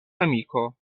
amiko